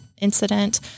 incident